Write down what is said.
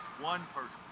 one of